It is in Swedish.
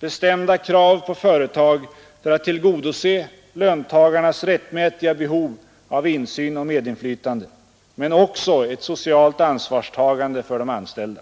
bestämda krav på företag för att tillgodose löntagarnas rättmätiga behov av insyn och medinflytande, men också ett socialt ansvarstagande för de anställda.